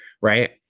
right